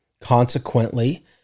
Consequently